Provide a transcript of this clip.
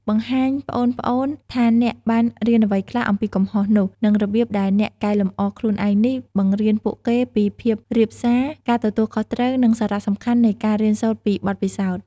បង្ហាញប្អូនៗថាអ្នកបាន រៀនអ្វីខ្លះពីកំហុស នោះ និងរបៀបដែលអ្នកកែលម្អខ្លួនឯងនេះបង្រៀនពួកគេពីភាពរាបសារ ការទទួលខុសត្រូវ និងសារៈសំខាន់នៃការរៀនសូត្រពីបទពិសោធន៍ ។